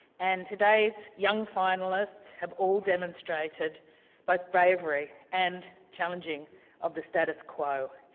and today's young finalists have all demonstrated both bravery and challenging of the status quo,